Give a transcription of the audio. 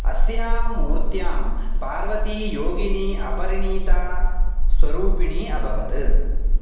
अस्यां मूर्त्यां पार्वती योगिनी अपरिणीता स्वरूपपिणी अभवत्